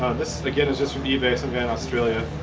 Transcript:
this again is just from ebay some guy in australia.